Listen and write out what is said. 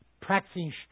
practicing